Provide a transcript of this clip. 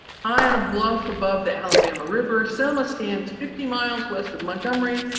high on a bluff above the alabama river, selma stands fifty miles west of montgomery,